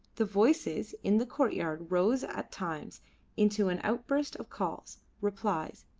the voices in the courtyard rose at times into an outburst of calls, replies,